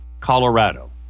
Colorado